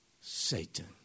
Satan